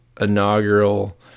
inaugural